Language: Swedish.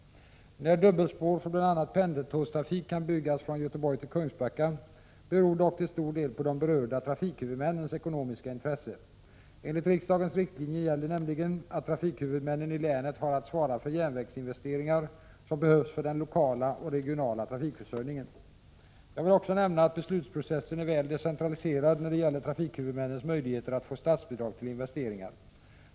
När dubbelspår för bl.a. pendeltågstrafik kan byggas från Göteborg till Kungsbacka beror dock till stor del på de berörda trafikhuvudmännens ekonomiska intresse. Enligt riksdagens riktlinjer gäller nämligen att trafikhuvudmännen i länen har att svara för järnvägsinvesteringar som behövs för den lokala och regionala trafikförsörjningen. Jag vill också nämna att beslutsprocessen är väl decentraliserad när det gäller trafikhuvudmännens möjligheter att få statsbidrag till investeringar.